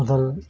खदाल